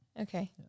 Okay